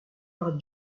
par